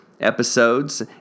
episodes